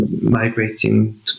migrating